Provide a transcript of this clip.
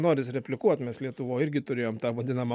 norisi replikuot mes lietuvoj irgi turėjom tą vadinamą